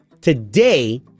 Today